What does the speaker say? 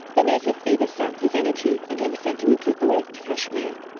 the native fever sapped his energy, and he was sent to recuperate, to kashmir.